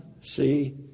see